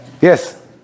Yes